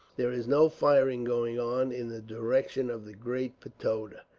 there is no firing going on in the direction of the great pagoda.